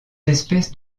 espèces